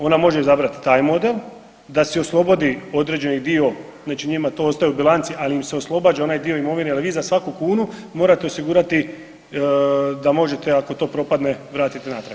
Ona može izabrati taj model da si oslobodi određeni dio, znači njima to ostaje u bilanci, ali im se oslobađa onaj dio imovine jer vi za svaku kunu morate osigurati da možete ako to propadne vratiti natrag.